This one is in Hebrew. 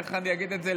איך אני אגיד את זה,